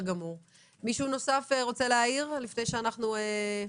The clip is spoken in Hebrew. מישהו נוסף רוצה להעיר לפני שאנחנו מתקדמים?